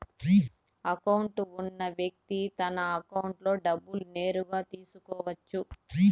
account ఉన్న వ్యక్తి తన అకౌంట్లో డబ్బులు నేరుగా తీసుకోవచ్చు